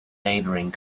neighboring